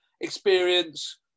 experience